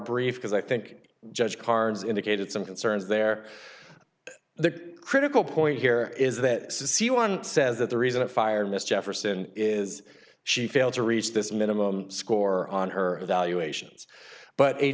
brief because i think judge carnes indicated some concerns there the critical point here is that the c one says that the reason it fired miss jefferson is she failed to reach this minimum score on her evaluations but a